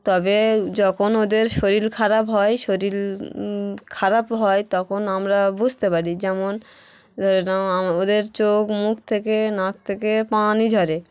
তবে যখন ওদের শরীর খারাপ হয় শরীর খারাপ হয় তখন আমরা বুঝতে পারি যেমন ওদের চোখ মুখ থেকে নাক থেকে পানি ঝরে